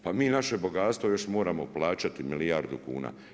Pa mi naše bogatstvo još moramo plaćati milijardu kuna.